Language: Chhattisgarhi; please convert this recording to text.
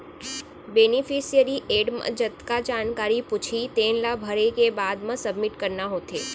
बेनिफिसियरी एड म जतका जानकारी पूछही तेन ला भरे के बाद म सबमिट करना होथे